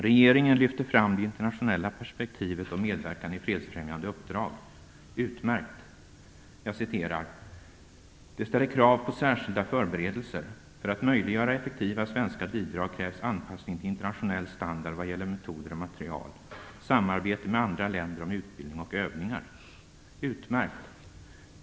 Regeringen lyfter fram det internationella perspektivet och medverkan i fredsfrämjande uppdrag. Det är utmärkt! Jag citerar:"Det ställer krav på särskilda förberedelser. För att möjliggöra effektiva svenska bidrag krävs anpassning till internationell standard vad gäller metoder och material. Samarbete med andra länder om utbildning och övningar bör ske Utmärkt!